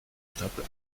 stapel